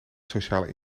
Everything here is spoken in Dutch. sociale